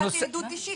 לכן נתתי עדות אישית.